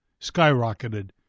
skyrocketed